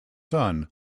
son